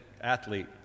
athlete